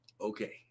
Okay